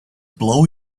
blow